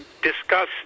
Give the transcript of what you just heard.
discuss